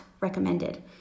recommended